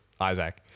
Isaac